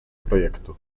projektu